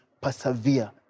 persevere